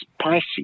spicy